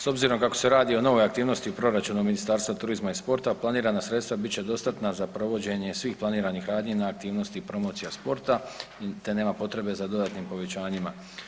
S obzirom kako se radi o novoj aktivnosti u proračunu Ministarstva turizma i sporta planirana sredstva bit će dostatna za provođenje svih planiranih radnji na aktivnosti promocija sporta te nema potrebe za dodatnim povećanjima.